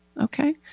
okay